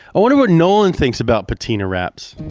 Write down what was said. i wonder what nolan thinks about patina wrap.